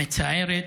מצערת,